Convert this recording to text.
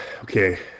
Okay